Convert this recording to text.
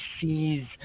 sees